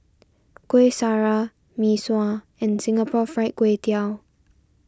Kuih Syara Mee Sua and Singapore Fried Kway Tiao